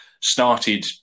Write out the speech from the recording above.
started